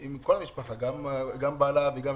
עם כל בני משפחתה, עם בעלה ושני